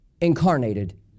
incarnated